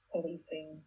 policing